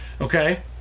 Okay